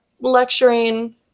lecturing